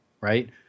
right